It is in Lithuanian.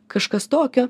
kažkas tokio